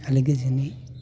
आलो गोजोनै